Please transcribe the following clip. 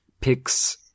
picks